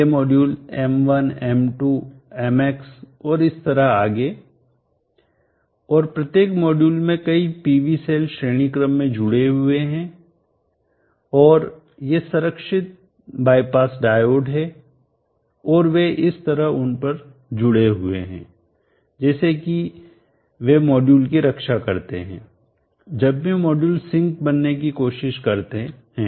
ये module M1 M2 Mx और इस तरह आगे और प्रत्येक मॉड्यूल में कई पीवी सेल श्रेणी क्रम में जुड़े हुए हैं और ये संरक्षित बाईपास डायोड हैं और वे इस तरह उन पर जुड़े हुए हैं जैसे कि वे मॉड्यूल की रक्षा करते हैं जब भी मॉड्यूल सिंक बनने की कोशिश करते हैं